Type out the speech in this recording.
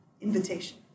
invitation